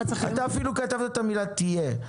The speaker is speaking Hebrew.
אתה אפילו כתבת את המילה "תהיה".